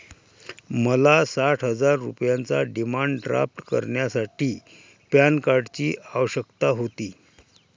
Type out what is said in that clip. मला साठ हजार रुपयांचा डिमांड ड्राफ्ट करण्यासाठी पॅन कार्डची आवश्यकता होती